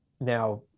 Now